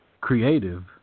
creative